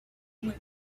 you